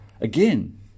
again